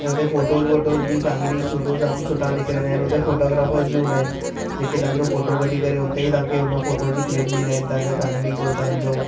ऐं हुते फोटोस वोटोस बि फैमिली सुधो जाम सुठा निकिरंदा आहिनि हुते फोटोग्राफरस बि हूंदा आहिनि जेके तव्हांजो फोटो कॾहिं करे हुते ई तव्हांखे हुन फोटो जी प्रिंट ॾींदा आहिनि तव्हांजे फैमिली जो तव्हांजो